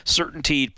certainty